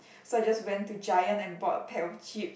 so I just went to giant and bought a pack of chips